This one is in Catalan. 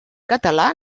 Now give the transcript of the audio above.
català